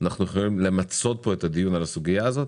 אנחנו יכולים למצות פה את הדיון בסוגיה הזאת